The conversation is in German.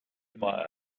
immer